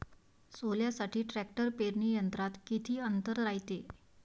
सोल्यासाठी ट्रॅक्टर पेरणी यंत्रात किती अंतर रायते?